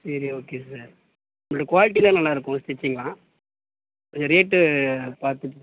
சரி okay sir எங்களோட குவாலிட்டிலாம் நல்லாயிருக்கும் ஸ்டிட்ச்சிங்குலாம் கொஞ்சம் ரேட்டு பார்த்து